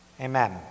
Amen